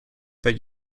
but